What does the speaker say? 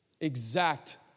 exact